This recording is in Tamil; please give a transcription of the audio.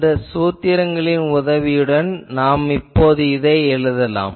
அந்த சூத்திரங்களின் உதவியுடன் நாம் இதை எழுதலாம்